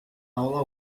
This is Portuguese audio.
aula